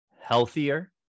healthier